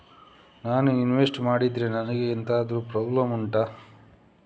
ನಾನು ಇನ್ವೆಸ್ಟ್ ಮಾಡಿದ್ರೆ ನನಗೆ ಎಂತಾದ್ರು ಪ್ರಾಬ್ಲಮ್ ಉಂಟಾ